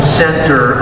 center